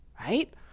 right